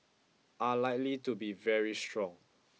are likely to be very strong